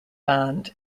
band